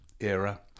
era